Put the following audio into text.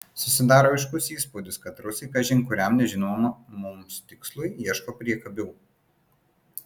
susidaro aiškus įspūdis kad rusai kažin kuriam nežinomam mums tikslui ieško priekabių